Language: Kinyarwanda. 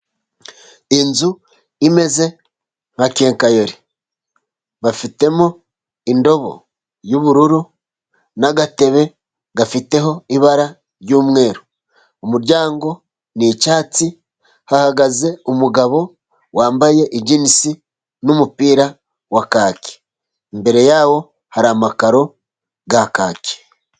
Inzu imeze nka kenkeyori bafitemo indobo y'ubururu n' agatebe gafiteho ibara ry' umweru, umuryango ni icyatsi hahagaze umugabo wambaye ijingisi n' umupira wa kake, imbere yaho hari amakaro ya kake.